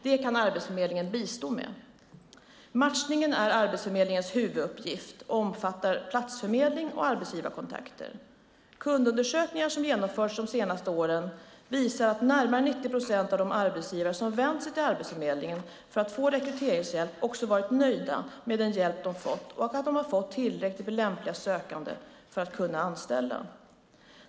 Detta kan Arbetsförmedlingen bistå med. Matchningen är Arbetsförmedlingens huvuduppgift och omfattar platsförmedling och arbetsgivarkontakter. Kundundersökningar som genomförts de senaste åren visar att närmare 90 procent av de arbetsgivare som vänt sig till Arbetsförmedlingen för rekryteringshjälp varit nöjda med den hjälp de fått och att de fått tillräckligt med lämpliga sökande för att kunna anställa.